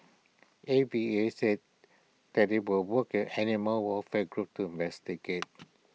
A V A said that IT would work animal welfare groups to investigate